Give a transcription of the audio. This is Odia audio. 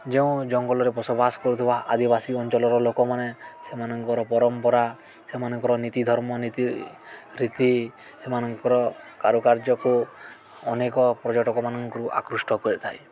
ଯେଉଁ ଜଙ୍ଗଲରେ ବସବାସ କରୁଥିବା ଆଦିବାସୀ ଅଞ୍ଚଳର ଲୋକମାନେ ସେମାନଙ୍କର ପରମ୍ପରା ସେମାନଙ୍କର ନୀତି ଧର୍ମ ନୀତି ରୀତି ସେମାନଙ୍କର କାରୁକାର୍ଯ୍ୟକୁ ଅନେକ ପର୍ଯ୍ୟଟକମାନଙ୍କୁ ଆକୃଷ୍ଟ କରିଥାଏ